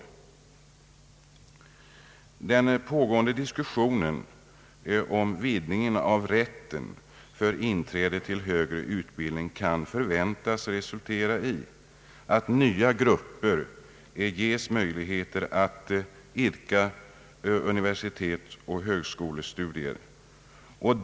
Den pågående diskussionen om vidgningen av rätten till tillträde till högre utbildning kan förväntas resultera i att nya grupper får möjligheter att idka universitetsoch högskolestudier.